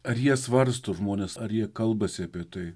ar jie svarsto žmonės ar jie kalbasi apie tai